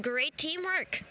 great teamwork